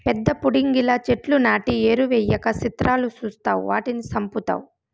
పెద్ద పుడింగిలా చెట్లు నాటి ఎరువెయ్యక సిత్రాలు సూస్తావ్ వాటిని సంపుతావ్